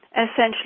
essentially